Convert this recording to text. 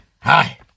Hi